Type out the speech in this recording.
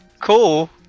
cool